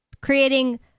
creating